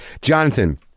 jonathan